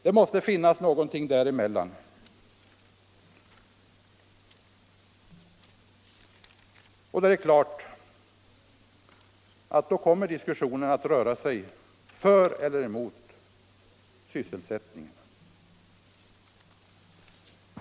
Det måste finnas någonting däremellan, och det är klart att diskussionen då kommer att röra sig för eller emot sysselsättningen.